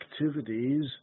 activities